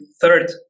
third